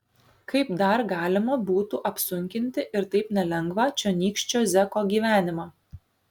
kaip dar galima būtų apsunkinti ir taip nelengvą čionykščio zeko gyvenimą